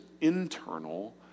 internal